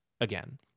again